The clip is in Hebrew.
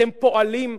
אתם פועלים,